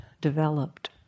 developed